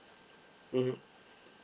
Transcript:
mmhmm